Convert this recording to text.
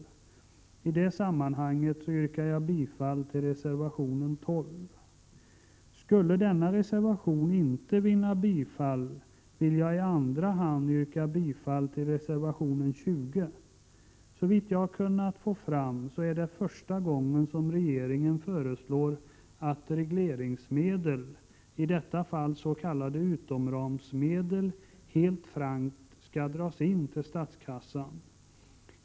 I det sammanhanget yrkar jag bifall till reservation 12. Skulle denna reservation icke vinna bifall, vill jag i andra hand yrka bifall till reservation 20. Såvitt jag har kunnat få fram är detta första gången som regeringen föreslår att regleringsmedel — i detta fall s.k. utomramsmedel — helt frankt skall dras in till statskassan.